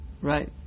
right